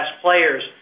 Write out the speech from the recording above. players